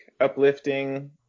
uplifting